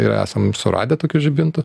ir esam suradę tokių žibintų